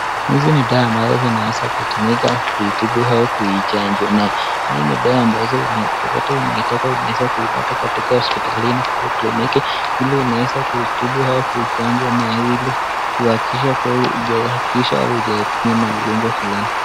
Hizi ni dawa ambazo zinaweza kutumika au kuichanjwa nae, hizi ni dawa ambazo vile tu unaitaka, unaweza kuipata katika hospitalini au kliniki, ili unaweza kuitibu au kuchanjwa nayo ili kuhakikishwa kuwa hujashikwa na ugonjwa fulani.